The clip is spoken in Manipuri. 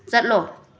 ꯆꯠꯂꯣ